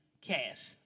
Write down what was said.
cash